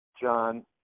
John